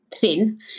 thin